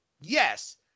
Yes